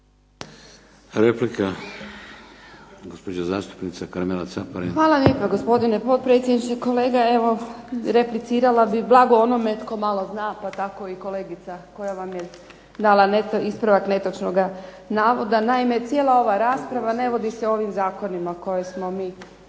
Replika, gospođa zastupnica Karmela Caparin. **Caparin, Karmela (HDZ)** Hvala lijepa, gospodine potpredsjedniče. Kolega evo replicirala bih blago onome tko malo zna pa tako i kolegica koja vam je dala ispravak netočnoga navoda. Naime, cijela ova rasprava ne vodi se o ovim zakonima koje smo mi danas